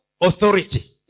authority